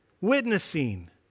witnessing